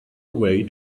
way